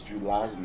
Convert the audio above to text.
July